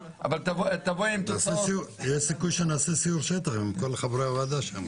יש סיכוי שנעשה סיור שטח עם חברי הוועדה שם.